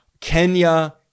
Kenya